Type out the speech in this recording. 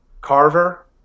Carver